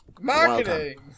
Marketing